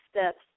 steps